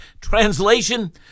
Translation